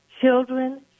Children